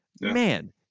Man